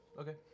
Okay